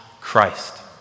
Christ